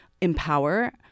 empower